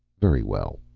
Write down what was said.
very well,